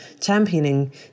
championing